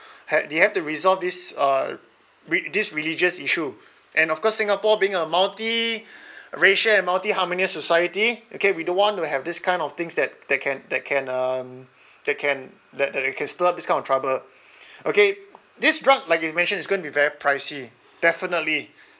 ha~ they have to resolve this uh re~ this religious issue and of course singapore being a multi racial and multi harmonious society okay we don't want to have this kind of things that that can that can um that can that that can stir up this kind of trouble okay this drug like you mention is going to be very pricey definitely